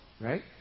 right